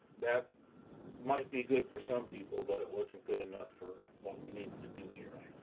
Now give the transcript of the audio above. that might be good for some people, but it wasn't good enough for what we needed to do here.